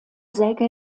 segge